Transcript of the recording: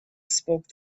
spoke